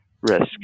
risk